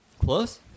Close